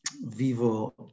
vivo